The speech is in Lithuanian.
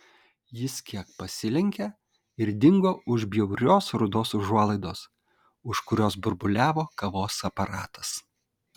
jis kiek pasilenkė ir dingo už bjaurios rudos užuolaidos už kurios burbuliavo kavos aparatas